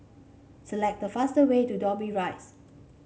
select the faster way to Dobbie Rise